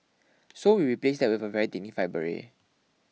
so we replaced that with a very dignified beret